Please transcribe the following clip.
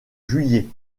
juillet